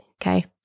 Okay